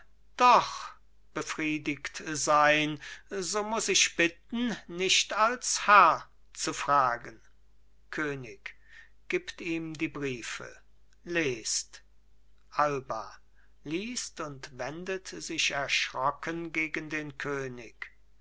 doch befriedigt sein so muß ich bitten nicht als herr zu fragen könig gibt ihm die briefe lest alba liest und wendet sich erschrocken gegen den könig